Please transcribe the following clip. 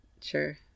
Sure